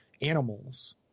animals –